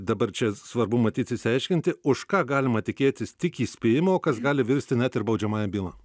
dabar čia svarbu matyt išsiaiškinti už ką galima tikėtis tik įspėjimo o kas gali virsti net ir baudžiamąją bylą